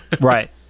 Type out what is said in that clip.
right